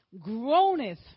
groaneth